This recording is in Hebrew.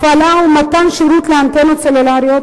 הפעלה או מתן שירות לאנטנות סלולריות